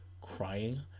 crying